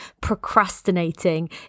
procrastinating